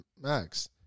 Max